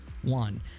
One